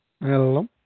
Hello